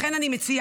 לכן אני מציעה